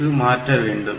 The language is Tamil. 3 மாற்ற வேண்டும்